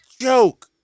joke